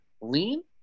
lean